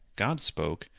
god spoke,